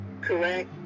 correct